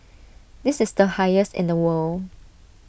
this is the highest in the world